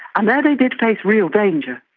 and there they did face real danger,